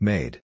Made